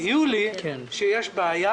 יולי שיש בעיה,